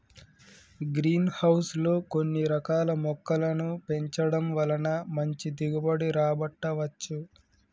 green house లో కొన్ని రకాల మొక్కలను పెంచడం వలన మంచి దిగుబడి రాబట్టవచ్చు